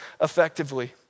effectively